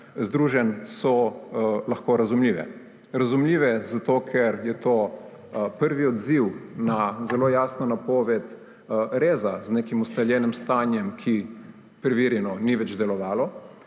združenj, so lahko razumljive. Razumljive zato, ker je to prvi odziv na zelo jasno napoved reza z nekim ustaljenim stanjem, ki, preverjeno, ni več delovalo,